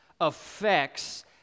affects